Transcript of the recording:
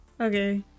okay